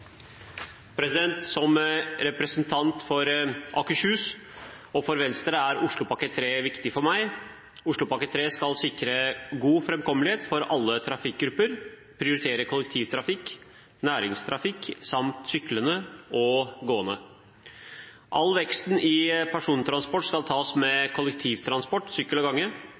jeg er representant for Akershus og for Venstre, er Oslopakke 3 viktig for meg. Oslopakke 3 skal sikre god framkommelighet for alle trafikkgrupper og prioritere kollektivtrafikk, næringstrafikk samt syklende og gående. All veksten i persontransport skal tas med kollektivtransport, sykkel og gange.